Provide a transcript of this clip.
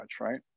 right